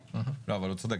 אבל הוא צודק,